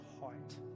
heart